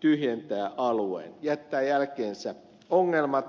tyhjentää alueen jättää jälkeensä ongelmat